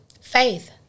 Faith